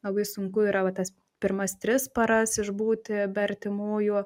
labai sunku yra va tas pirmas tris paras išbūti be artimųjų